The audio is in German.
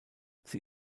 sie